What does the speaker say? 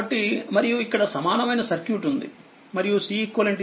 కాబట్టిమరియు ఇక్కడసమానమైన సర్క్యూట్ ఉందిమరియుCEQ C1 C2